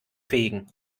fegen